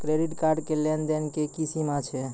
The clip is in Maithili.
क्रेडिट कार्ड के लेन देन के की सीमा छै?